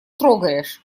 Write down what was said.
трогаешь